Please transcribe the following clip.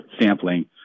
sampling